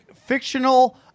Fictional